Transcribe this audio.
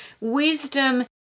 wisdom